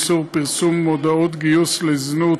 איסור פרסום מודעות גיוס לזנות),